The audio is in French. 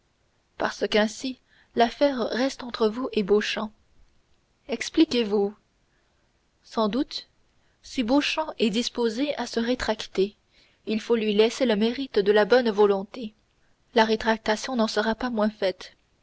parce qu'ainsi l'affaire reste entre vous et beauchamp expliquez-vous sans doute si beauchamp est disposé à se rétracter il faut lui laisser le mérite de la bonne volonté la rétraction n'en sera pas moins faite